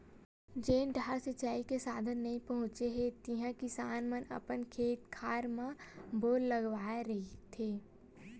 जेन डाहर सिचई के साधन नइ पहुचे हे तिहा किसान मन अपन खेत खार म बोर करवाए रहिथे